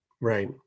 right